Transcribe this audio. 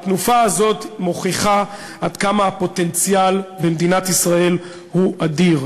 התנופה הזו מוכיחה עד כמה הפוטנציאל במדינת ישראל הוא אדיר,